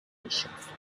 beschafft